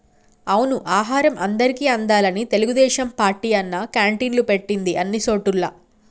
అవును ఆహారం అందరికి అందాలని తెలుగుదేశం పార్టీ అన్నా క్యాంటీన్లు పెట్టింది అన్ని సోటుల్లా